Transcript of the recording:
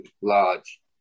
large